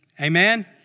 Amen